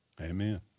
Amen